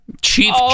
Chief